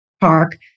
park